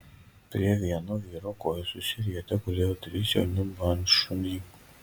prie vieno vyro kojų susirietę gulėjo trys jauni bandšuniai